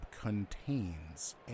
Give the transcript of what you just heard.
contains